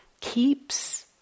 keeps